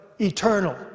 eternal